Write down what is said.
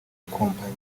ikompanyi